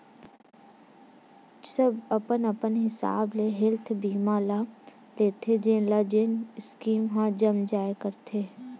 सब अपन अपन हिसाब ले हेल्थ बीमा ल लेथे जेन ल जेन स्कीम ह जम जाय करथे